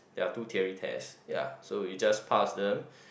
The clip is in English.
there are two theory test ya so you just pass them